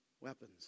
weapons